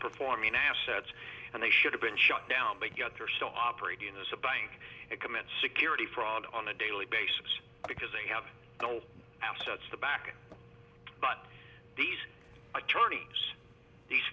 performing assets and they should have been shut down but yet they are still operating as a bank and commit security fraud on a daily basis because they have no assets to back but these attorneys these